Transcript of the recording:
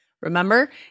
Remember